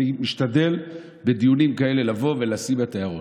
אני משתדל לבוא לדיונים כאלה ולשים את ההערות.